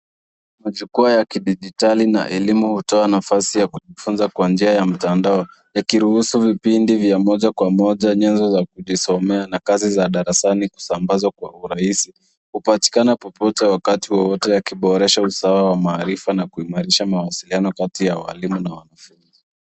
Majukwaa ya kidigitali na elimu hutoa nafasi ya kujifunza kwa njia ya mtandao ikiruhusu vipindi vya moja kwa moja nyanzo za kujisomea na kazi za darasani kusambazwa kwa urahisi hupatikana popote wakati wowote kuboresha usawa wa maarifa na kuimarisha mawasiliano kati ya walimu na wanafunzi.